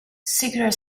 secular